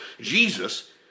Jesus